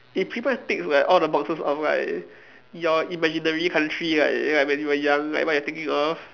if people have ticks like all the boxes off right your imaginary country like like when you were young like what you're thinking of